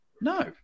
No